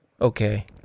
okay